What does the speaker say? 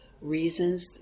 reasons